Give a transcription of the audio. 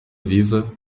viva